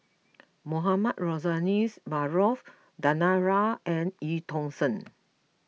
Mohamed Rozani Maarof Danaraj and Eu Tong Sen